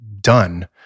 done